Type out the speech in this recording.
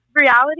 reality